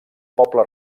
poble